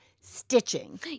stitching